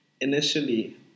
Initially